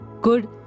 good